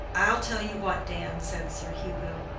i'll tell you what, dan, said sir hugo,